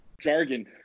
jargon